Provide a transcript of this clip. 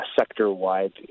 sector-wide